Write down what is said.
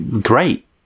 great